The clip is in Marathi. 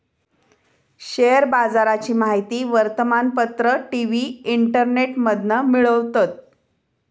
शेयर बाजाराची माहिती वर्तमानपत्र, टी.वी, इंटरनेटमधना मिळवतत